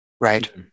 right